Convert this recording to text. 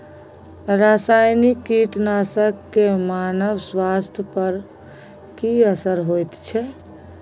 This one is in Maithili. रसायनिक कीटनासक के मानव स्वास्थ्य पर की असर होयत छै?